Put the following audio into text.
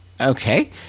Okay